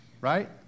right